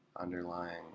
underlying